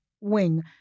wing